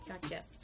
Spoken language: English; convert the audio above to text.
Gotcha